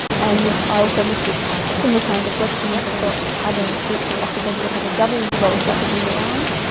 and i also looked at similar kinds of questions across other groups of octopods that have a double row of suckers on their arms,